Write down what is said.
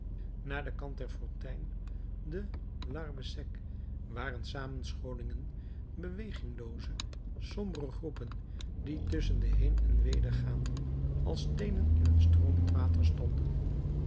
naar den kant der fontein de larbre sec waren samenscholingen beweginglooze sombere groepen die tusschen de heen en weergaanden als steenen in een stroomend water stonden